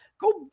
go